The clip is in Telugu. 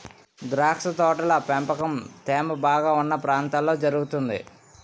ద్రాక్ష తోటల పెంపకం తేమ బాగా ఉన్న ప్రాంతాల్లో జరుగుతుంది